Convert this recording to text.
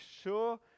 sure